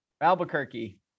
albuquerque